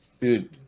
Dude